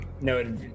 No